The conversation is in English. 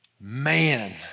Man